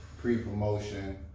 pre-promotion